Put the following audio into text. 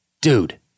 dude